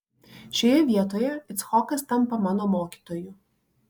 šioje vietoje icchokas tampa mano mokytoju